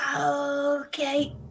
Okay